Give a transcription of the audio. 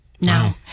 no